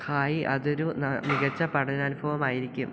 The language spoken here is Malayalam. ഹായ് അതൊരു മികച്ച പഠനാനുഭവമായിരിക്കും